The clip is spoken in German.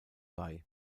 bei